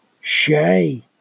Shay